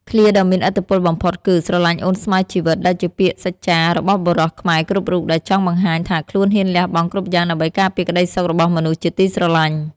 ឃ្លាដ៏មានឥទ្ធិពលបំផុតគឺ "ស្រឡាញ់អូនស្មើជីវិត" ដែលជាពាក្យសច្ចចារបស់បុរសខ្មែរគ្រប់រូប ដែលចង់បង្ហាញថាខ្លួនហ៊ានលះបង់គ្រប់យ៉ាងដើម្បីការពារក្តីសុខរបស់មនុស្សជាទីស្រឡាញ់។